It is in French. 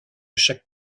chaque